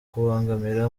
kubangamira